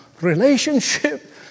relationship